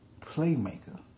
playmaker